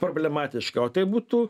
problematiška o tai būtų